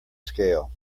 scale